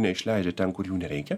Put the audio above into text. neišleidžia ten kur jų nereikia